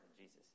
Jesus